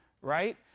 right